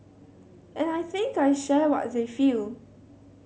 and I think I share what they feel